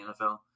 NFL